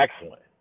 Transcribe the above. excellent